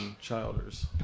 Childers